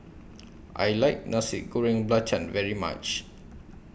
I like Nasi Goreng Belacan very much